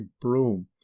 broom